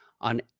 on